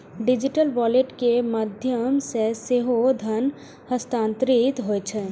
digital wallet के माध्यम सं सेहो धन हस्तांतरित होइ छै